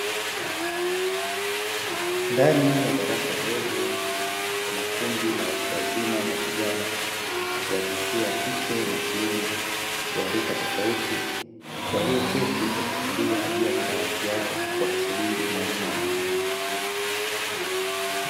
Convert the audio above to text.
Ndani ya darasa dogo kuna kundi la watu wazima na vijana, wa jinsia ya kike na kiume, wa rika tofauti, walioketi kwa kutulia juu ya madawati yao wakisubiri mwalimu aingie.